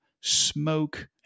smoke